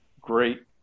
great